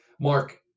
Mark